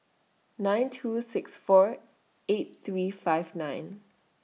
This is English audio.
nine two six four eight three five nine